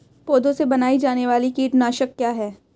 पौधों से बनाई जाने वाली कीटनाशक क्या है?